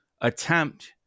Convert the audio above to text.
attempt